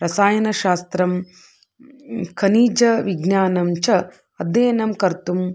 रसायनशास्त्रं खनीज विज्ञानं च अद्ययनं कर्तुं